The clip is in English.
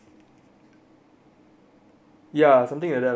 ya something like that lah